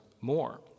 more